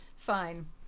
Fine